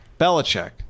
Belichick